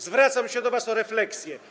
Zwracam się do was o refleksję.